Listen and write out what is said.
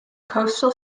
coastal